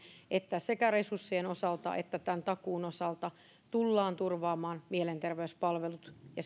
että sekä resurssien osalta että tämän takuun osalta tullaan turvaamaan mielenterveyspalvelut ja